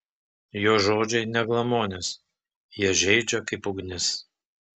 jo žodžiai ne glamonės jie žeidžia kaip ugnis